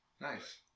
Nice